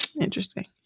interesting